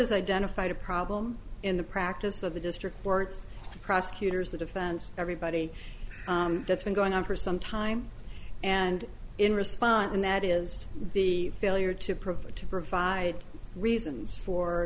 has identified a problem in the practice of the district courts the prosecutors the defense everybody that's been going on for some time and in response and that is the failure to provide to provide reasons for